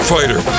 Fighter